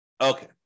Okay